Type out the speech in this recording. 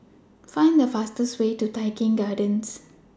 Find The fastest Way to Tai Keng Gardens